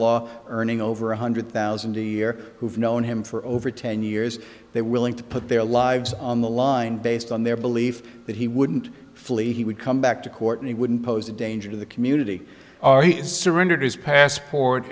law earning over one hundred thousand a year who have known him for over ten years they're willing to put their lives on the line based on their belief that he wouldn't flee he would come back to court and he wouldn't pose a danger to the community are surrendered his passport